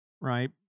Right